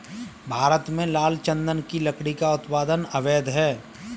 भारत में लाल चंदन की लकड़ी का उत्पादन अवैध है